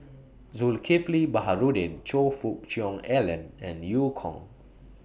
Zulkifli Baharudin Choe Fook Cheong Alan and EU Kong